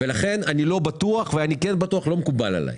לכן "אני לא בטוח" או "אני כן בטוח" לא מקובל עלי.